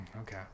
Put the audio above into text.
okay